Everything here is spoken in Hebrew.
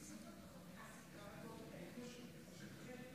כבוד היושב-ראש, כנסת